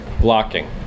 blocking